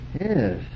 Yes